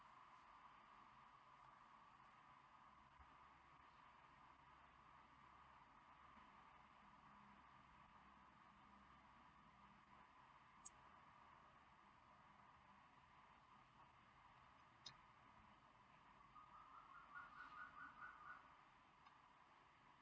no how no no no oh huh